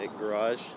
garage